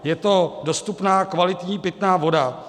Je to dostupná kvalitní pitná voda.